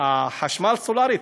החשמל סולרי,